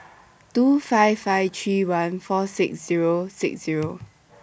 two five five three one four six Zero six Zero